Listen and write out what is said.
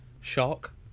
Shark